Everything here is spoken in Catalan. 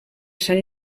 sant